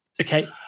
okay